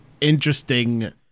interesting